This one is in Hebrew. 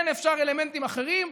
כן אפשר להוציא אלמנטים אחרים,